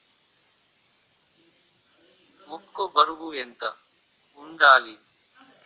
మొక్కొ బరువు ఎంత వుండాలి?